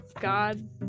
god